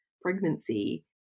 pregnancy